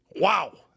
Wow